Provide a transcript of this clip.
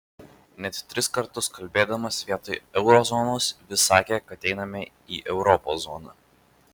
net tris kartus kalbėdamas vietoj euro zonos vis sakė kad einame į europos zoną